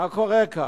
מה קורה כאן?